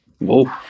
Whoa